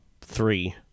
three